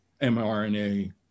mRNA